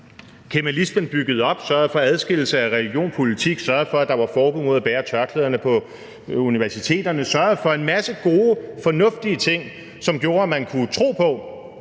Kemalismen byggede op, sørgede for adskillelse af religion og politik, sørgede for, at der var forbud mod at bære tørklæde på universiteterne, sørgede for en masse gode og fornuftige ting, som gjorde, at man kunne tro på,